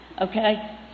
Okay